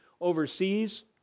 overseas